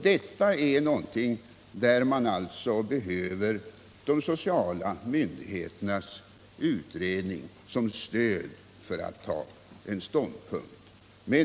I alla dessa fall behöver man de sociala myndigheternas utredning som stöd för att man skall kunna ta ståndpunkt.